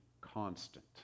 constant